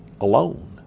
alone